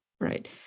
Right